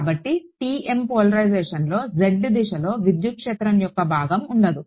కాబట్టి TM పోలరైజేషన్లో z దిశలో విద్యుత్ క్షేత్రం యొక్క భాగం ఉండదు